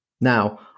Now